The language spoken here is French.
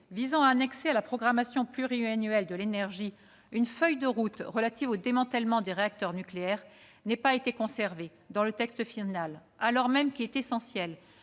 visant à annexer à la programmation pluriannuelle de l'énergie une feuille de route relative au démantèlement des réacteurs nucléaires n'aient pas été conservées dans le texte final. Il est pourtant essentiel